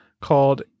called